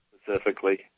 Specifically